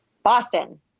Boston